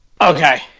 Okay